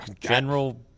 General